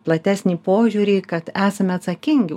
platesnį požiūrį kad esame atsakingi